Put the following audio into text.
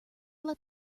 let